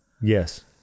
yes